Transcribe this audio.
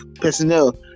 personnel